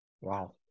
Wow